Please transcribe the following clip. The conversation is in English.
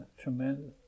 Tremendous